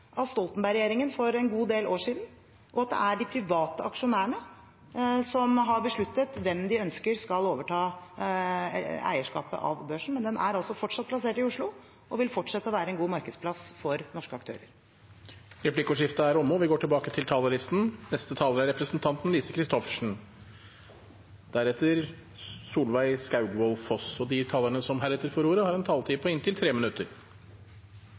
av Stoltenberg-regjeringen for en god del år siden, og at det er de private aksjonærene som har besluttet hvem som skal overta eierskapet av børsen. Men den er altså fortsatt plassert i Oslo og vil fortsette å være en god markedsplass for norske aktører. Replikkordskiftet er omme. De talerne som heretter får ordet, har en taletid på inntil 3 minutter. Som Buskerud-representant vil jeg henlede oppmerksomheten på forslag nr. 1, der en